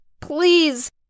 please